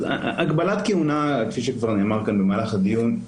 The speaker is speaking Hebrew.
הגבלת כהונה, כפי שכבר נאמר כאן במהלך הדיון,